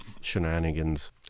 shenanigans